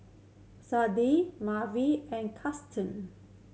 Sade Merwin and Krysten